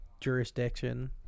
jurisdiction